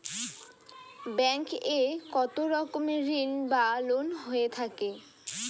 Bank এ কত রকমের ঋণ বা লোন হয়ে থাকে?